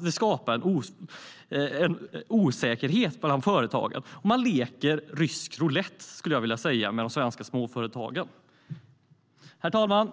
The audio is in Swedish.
Regeringen leker rysk roulett med de svenska småföretagen, skulle jag vilja säga. Herr talman! Jag vill lyfta fram